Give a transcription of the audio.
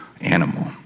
animal